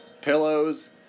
pillows